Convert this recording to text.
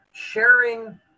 sharing